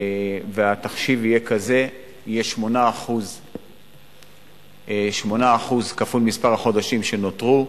והתחשיב יהיה כזה: 8% כפול מספר החודשים שנותרו.